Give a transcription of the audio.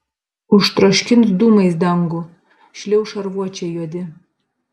užtroškins dūmais dangų šliauš šarvuočiai juodi